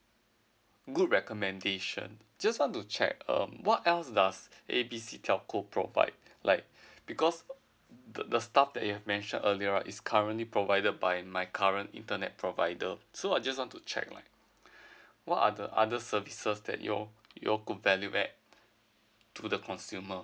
good recommendation just want to check uh what else does A B C telco provide like because uh the the stuff that you have mentioned earlier is currently provided by my current internet provider so I just want to check like what other other services that you're you're good value at to the consumer